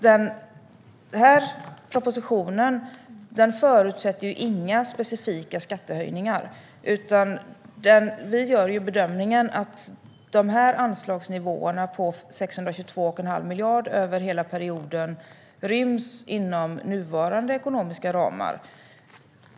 Den här propositionen förutsätter inga specifika skattehöjningar, utan vi gör bedömningen att de här anslagsnivåerna på 622 1⁄2 miljard över hela perioden ryms inom nuvarande ekonomiska ramar.